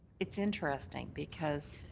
it's interesting because